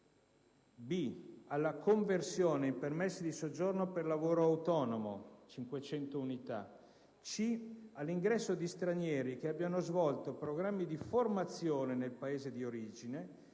alla conversione in permessi di soggiorno per lavoro autonomo (500 unità); all'ingresso di stranieri che abbiano svolto programmi di formazione nel Paese di origine